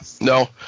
No